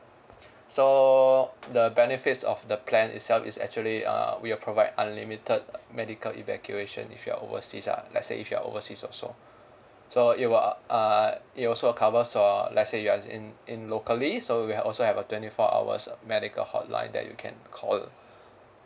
so the benefits of the plan itself is actually err we will provide unlimited medical evacuation if you are overseas ah let's say if you are oversea also so it will uh err it also uh cover so let's say you are in in locally so we are also have a twenty four hours medical hotline that you can call